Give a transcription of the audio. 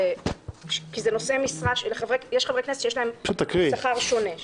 כי אלו נושאי משרה יש חברי כנסת שיש להם שכר שונה.